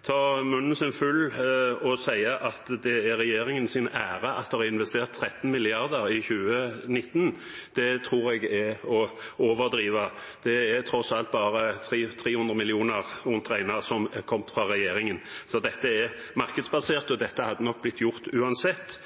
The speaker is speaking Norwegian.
tar munnen for full når hun sier at det er regjeringens ære at det er investert 13 mrd. kr i 2019. Det er å overdrive. Det er tross alt bare 300 mill. kr, rundt regnet, som er kommet fra regjeringen. Så dette er markedsbasert, og dette hadde nok blitt gjort uansett.